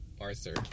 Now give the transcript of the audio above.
Arthur